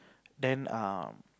then err